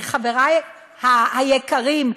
מחברי היקרים,